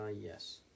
yes